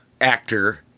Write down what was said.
actor